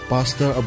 Pastor